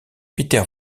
pieter